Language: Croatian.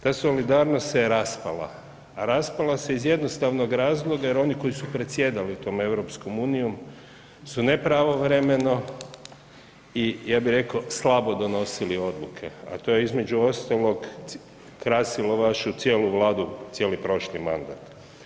Ta solidarnost se je raspala, a raspala se iz jednostavnog razloga jer oni koji su predsjedali tom Europskom unijom su nepravovremeno i ja bih rekao slabo donosili odluke, a to je između ostalog krasilo vašu cijelu Vladu cijeli prošli mandat.